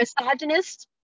misogynist